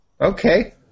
Okay